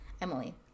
Emily